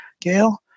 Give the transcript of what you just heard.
Gail